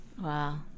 Wow